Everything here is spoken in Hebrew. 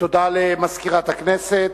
תודה למזכירת הכנסת.